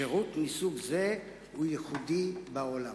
שירות מסוג זה הוא ייחודי בעולם.